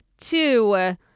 Two—